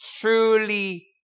truly